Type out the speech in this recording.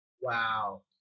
Wow